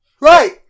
Right